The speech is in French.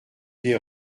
des